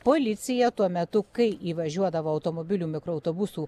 policija tuo metu kai įvažiuodavo automobilių mikroautobusų